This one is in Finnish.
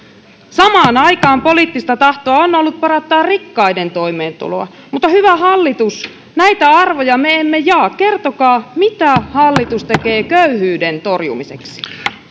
samaan aikaan poliittista tahtoa on ollut parantaa rikkaiden toimeentuloa mutta hyvä hallitus näitä arvoja me emme jaa kertokaa mitä hallitus tekee köyhyyden torjumiseksi